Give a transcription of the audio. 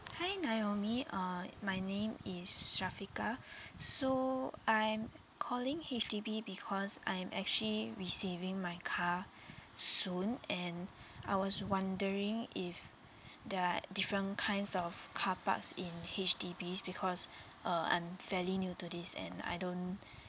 hi naomi uh my name is shafiqah so I am calling H_D_B because I'm actually receiving my car soon and I was wondering if there are different kinds of carparks in H_D_Bs because uh I'm fairly new to this and I don't